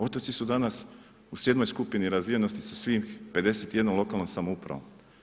Otoci su danas u jednoj skupini razvijenosti sa svih 51 lokalnom samoupravom.